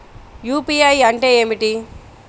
UPI అంటే ఏమిటీ?